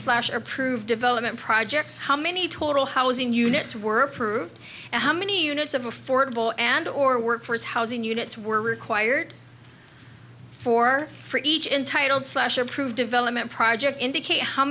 slash approved development project how many total housing units were approved and how many units of affordable and or workforce housing units were required for for each intitled slash approved development project indicate how